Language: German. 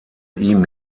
ihm